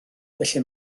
felly